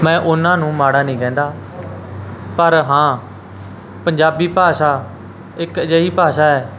ਮੈਂ ਉਹਨਾਂ ਨੂੰ ਮਾੜਾ ਨਹੀਂ ਕਹਿੰਦਾ ਪਰ ਹਾਂ ਪੰਜਾਬੀ ਭਾਸ਼ਾ ਇਕ ਅਜਿਹੀ ਭਾਸ਼ਾ ਹੈ